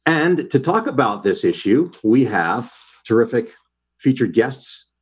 and to talk about this issue. we have terrific featured guests.